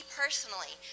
personally